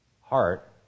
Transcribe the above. heart